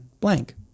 blank